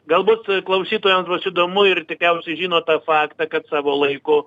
galbūt klausytojams bus įdomu ir tikriausiai žino tą faktą kad savo laiku